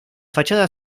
fachada